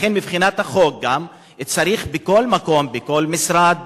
לכן, גם מבחינת החוק צריך בכל מקום, מכל משרד,